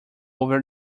over